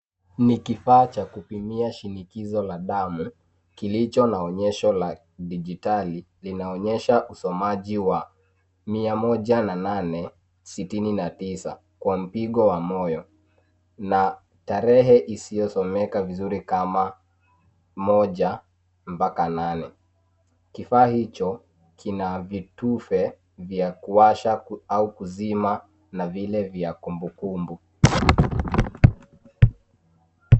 Ni kifaa cha kupimia shinikizo la damu kilicho na onyesho la dijitali linaonyesha usomaji wa mia moja na nane, sitini na tisa kwa mpigo wa moyo na tarehe isiyosomeka vizuri kama moja mpaka nane. Kifaa hicho kina vitufe vya kuwasha au kuzima na vile vya kumbukumbu.